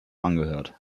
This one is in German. angehört